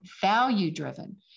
value-driven